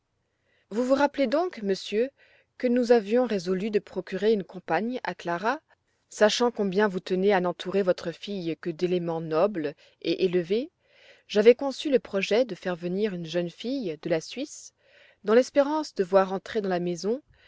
vous vous rappelez donc monsieur que nous avions résolu de procurer une compagne à clara sachant combien vous tenez à n'entourer votre fille que d'éléments nobles et élevés j'avais conçu le projet de faire venir une jeune fille de la suisse dans l'espérance de voir entrer dans la maison